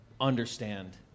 understand